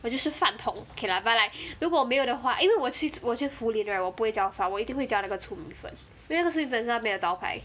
我就是饭桶 okay lah but like 如果没有的话因为我去我去 foodlink right 我不会叫饭我一定会叫那个粗米粉因为粗米粉是那边的招牌